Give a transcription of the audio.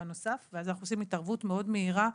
נוסף ואז אנחנו עושים התערבות מאד מהירה,